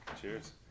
Cheers